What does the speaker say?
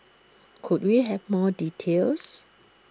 could we have more details